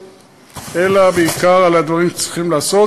אלא בעיקר על הדברים שצריכים לעשות.